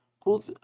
Cool